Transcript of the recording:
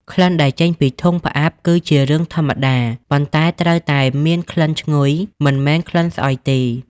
ក្លិន ដែលចេញពីធុងផ្អាប់ គឺជារឿងធម្មតា ប៉ុន្តែត្រូវតែមានក្លិនឈ្ងុយ មិនមែនក្លិនស្អុយទេ។